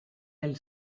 del